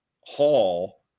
Hall